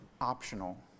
optional